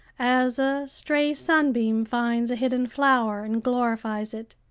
as a stray sunbeam finds a hidden flower and glorifies it.